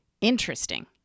interesting